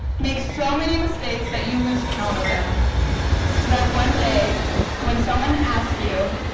make so many mistakes that you lose count of them so that one day when someone asks you,